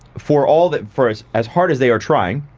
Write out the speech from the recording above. for all that for as as hard as they are trying,